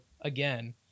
again